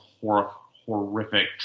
horrific